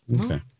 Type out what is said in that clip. Okay